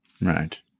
Right